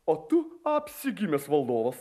o tu apsigimęs valdovas